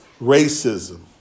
racism